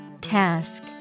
Task